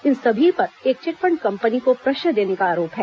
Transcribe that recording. इन सभी पर एक चिटफंड कंपनी को प्रश्रय देने का आरोप है